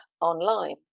online